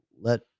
let